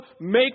make